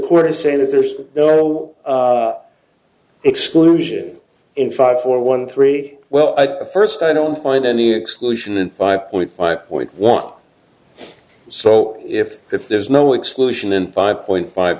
court is saying that there's no exclusion in five four one three well first i don't find any exclusion in five point five point one so if if there's no exclusion in five point five